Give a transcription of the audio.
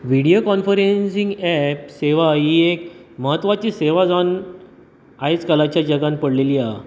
video conferencing apps सेवा ही एक म्हत्वाची सेवा जावन आयज कालच्या जगान पडलेली हा